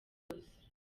yose